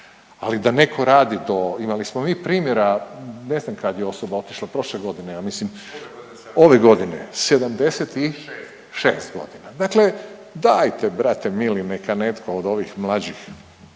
Ali da netko radi do, imali smo mi primjera ne znam kad je osoba otišla prošle godine ja mislim ove godine, 76 godina. Dakle, dajte brate mili neka netko od ovih mlađih